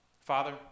Father